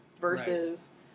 versus